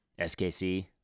SKC